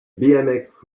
bmx